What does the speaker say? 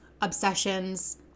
obsessions